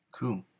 Cool